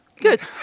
Good